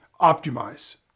optimize